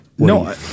No